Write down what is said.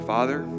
Father